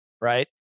right